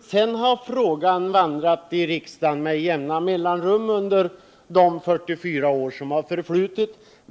Sedan har frågan vandrat genom riksdagen med jämna mellanrum under de 44 år som förflutit.